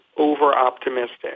over-optimistic